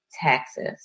taxes